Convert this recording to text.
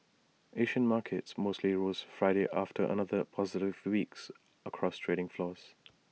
Asian markets mostly rose Friday after another positive week across trading floors